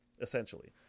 essentially